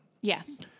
Yes